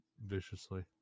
viciously